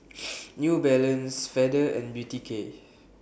New Balance Feather and Beauty K